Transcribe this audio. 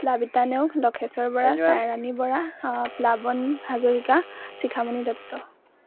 Plabita Neog Lakheshwar Bora Chayarani Bora Plabon Hazarika Sikhamoni Dutta